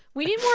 we need more.